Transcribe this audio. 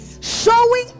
Showing